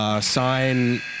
sign